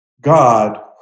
God